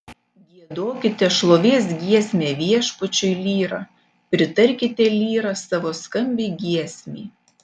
giedokite šlovės giesmę viešpačiui lyra pritarkite lyra savo skambiai giesmei